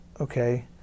okay